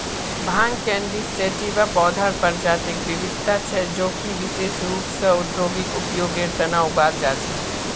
भांग cannabis sativa पौधार प्रजातिक विविधता छे जो कि विशेष रूप स औद्योगिक उपयोगेर तना उगाल जा छे